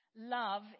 Love